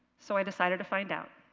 so i decided to find out.